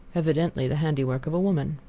evidently the handiwork of a woman.